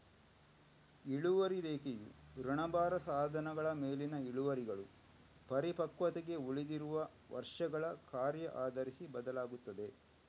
ಇಳುವರಿ ರೇಖೆಯು ಋಣಭಾರ ಸಾಧನಗಳ ಮೇಲಿನ ಇಳುವರಿಗಳು ಪರಿಪಕ್ವತೆಗೆ ಉಳಿದಿರುವ ವರ್ಷಗಳ ಕಾರ್ಯ ಆಧರಿಸಿ ಬದಲಾಗುತ್ತದೆ